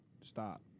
stop